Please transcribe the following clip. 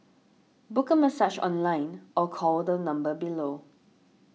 book a massage online or call the number below